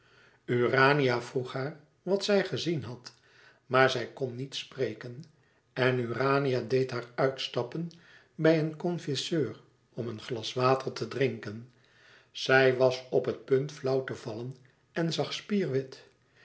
urania vroeg haar wat zij gezien had maar zij kon niet spreken en urania deed haar uitstappen bij een confiseur om een glas water te drinken zij was op het punt flauw te vallen en zag spierwit